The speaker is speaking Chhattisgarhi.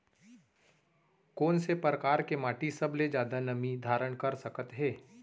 कोन से परकार के माटी सबले जादा नमी धारण कर सकत हे?